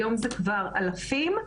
היום זה כבר אלפים.